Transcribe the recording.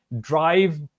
drive